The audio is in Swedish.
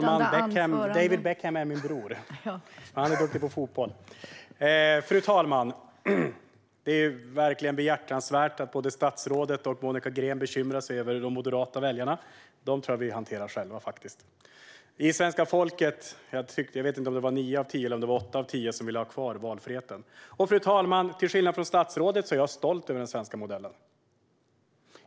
Fru talman! Det är verkligen behjärtansvärt att både statsrådet och Monica Green bekymrar sig över de moderata väljarna. Dem tror jag faktiskt att vi hanterar själva. Bland svenska folket var det, om jag minns rätt, nio av tio eller åtta av tio som ville ha kvar valfriheten. Till skillnad från statsrådet är jag stolt över den svenska modellen.